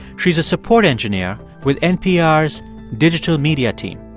she's a support engineer with npr's digital media team.